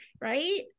right